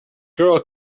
girl